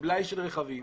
ובלאי של רכבים.